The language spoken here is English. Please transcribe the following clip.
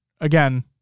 Again